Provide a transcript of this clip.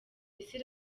ese